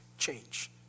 change